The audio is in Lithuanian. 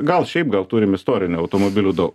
gal šiaip gal turim istorinių automobilių daug